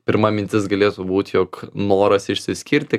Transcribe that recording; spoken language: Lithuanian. pirma mintis galėtų būt jog noras išsiskirti